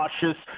cautious